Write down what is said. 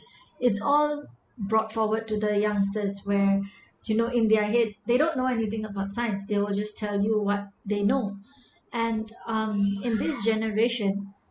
it's all brought forward to the youngsters were you know in their head they don't know anything about science they'll just tell you what they know and um in this generation